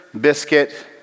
Biscuit